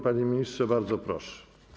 Panie ministrze, bardzo proszę.